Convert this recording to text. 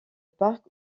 parc